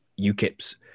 UKIP's